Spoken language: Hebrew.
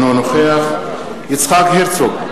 אינו נוכח יצחק הרצוג,